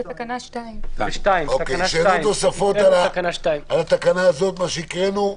יש שאלות נוספות על התקנה שהקראנו?